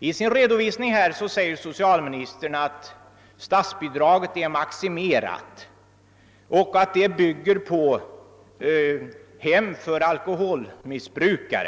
I sin redovisning säger socialministern att statsbidraget är maximerat och att det bygger på det högsta belopp per plats som staten betalar till driften av inackorderingshem för alkoholmissbrukare.